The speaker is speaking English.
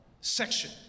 section